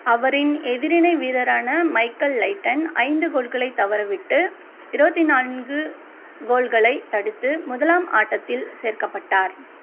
அவரின் எதிரிணை வீரரான மைக்கேல் லைட்டன் ஐந்து கோல்களைத் தவறவிட்டு இருபத்தி நான்கு கோல்களைத் தடுத்து முதலாம் ஆட்டத்தில் சேர்க்கப்பட்டார்